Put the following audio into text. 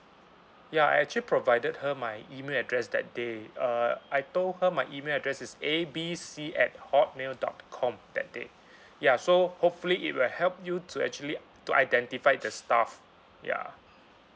ya I actually provided her my email address that day uh I told her my email address is A B C at hotmail dot com that day ya so hopefully it will help you to actually to identify the staff ya